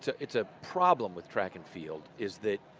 so it's a problem with track and field is that